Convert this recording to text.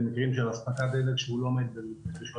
במקרים של אספקת דלק שהוא לא עומד על דרישות